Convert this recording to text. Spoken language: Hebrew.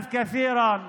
אבל אתם כבר שליחיו,